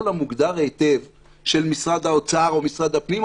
המוגדר היטב של משרד האוצר או משרד הפנים,